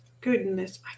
goodness